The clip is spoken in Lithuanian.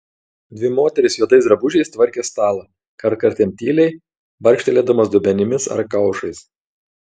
dvi moterys juodais drabužiais tvarkė stalą kartkartėm tyliai barkštelėdamos dubenimis ar kaušais